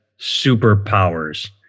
superpowers